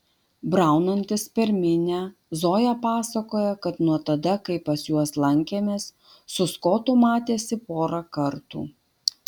braunantis per minią zoja pasakoja kad nuo tada kai pas juos lankėmės su skotu matėsi porą kartų